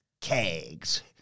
Kegs